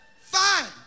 Fine